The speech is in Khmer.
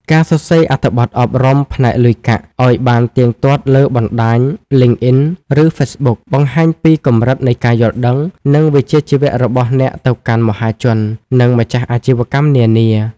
ការសរសេរអត្ថបទអប់រំផ្នែកលុយកាក់ឱ្យបានទៀងទាត់លើបណ្ដាញ LinkedIn ឬ Facebook បង្ហាញពីកម្រិតនៃការយល់ដឹង និងវិជ្ជាជីវៈរបស់អ្នកទៅកាន់មហាជន និងម្ចាស់អាជីវកម្មនានា។